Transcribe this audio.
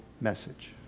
message